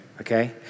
Okay